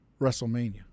WrestleMania